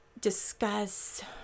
discuss